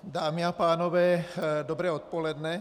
Dámy a pánové, dobré odpoledne.